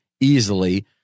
easily